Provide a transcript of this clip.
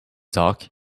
talk